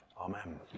Amen